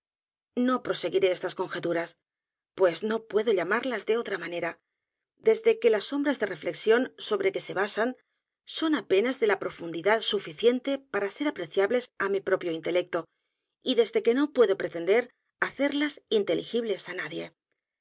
no proseguiré estas conjeturas pues no puedo llamarlas de otra manera desde que las sombras de reflexión sobre que se basan son apenas de la profundidad suficiente para ser apreciables á mi propio intelecto y desde que no puedo pretender hacerlas inteligibles a